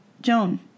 Joan